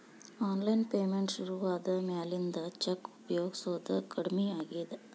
online payment ಶುರುವಾದ ಮ್ಯಾಲಿಂದ cheque ಉಪಯೊಗಸೋದ ಕಡಮಿ ಆಗೇದ